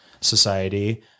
society